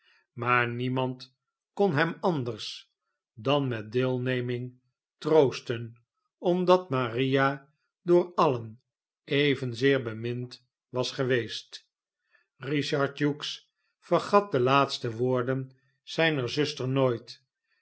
maar niemand kon hem anders dan met deelneming troosten omdat maria door alien evenzeer bemind was geweest richard hughes vergat de laatste woorden zijner zuster nooit